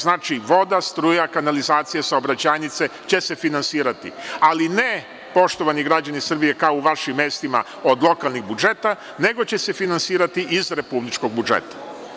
Znači, voda, struja, kanalizacija i saobraćajnice će se finansirati, ali ne, poštovani građani Srbije, kao u vašim mestima od lokalnih budžeta, nego će se finansirati iz republičkog budžeta.